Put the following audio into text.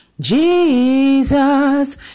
Jesus